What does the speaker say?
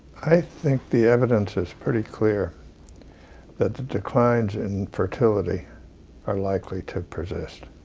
i think the evidence is pretty clear that the declines in fertility are likely to persist.